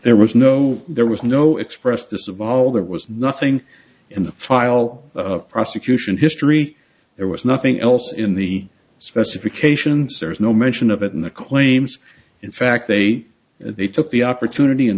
there was no there was no express this of all there was nothing in the trial prosecution history there was nothing else in the specifications there's no mention of it in the claims in fact they they took the opportunity and